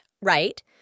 right